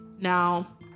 Now